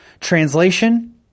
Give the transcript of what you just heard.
translation